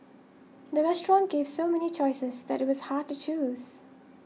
the restaurant gave so many choices that it was hard to choose